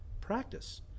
practice